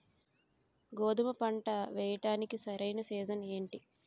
గోధుమపంట వేయడానికి సరైన సీజన్ ఏంటి?